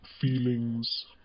feelings